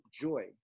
joy